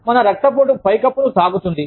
మన రక్తపోటు పై కప్పును తాకుతుంది